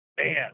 man